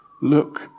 Look